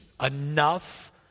Enough